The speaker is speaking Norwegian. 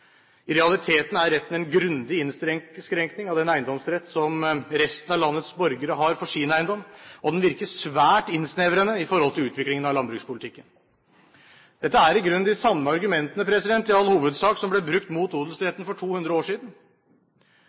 I realiteten er retten en grundig innskrenking av den eiendomsrett som resten av landets borgere har i forhold til sin eiendom, og den virker svært innsnevrende i forhold til utviklingen av landbrukspolitikken. Dette er i grunnen i all hovedsak de samme argumentene som ble brukt mot odelsretten for 200 år siden.